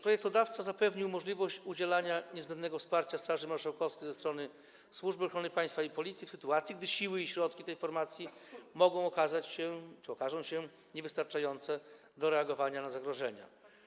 Projektodawca zapewnił możliwość udzielania niezbędnego wsparcia Straży Marszałkowskiej przez Służbę Ochrony Państwa i Policję, w sytuacji gdy siły i środki tej formacji okazałyby się - czy okażą się - niewystarczające do reagowania na zagrożenia.